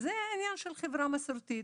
זה עניין של חברה מסורתית.